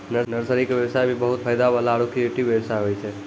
nursery के व्यवसाय भी बहुत फायदा वाला आरो क्रियेटिव व्यवसाय होय छै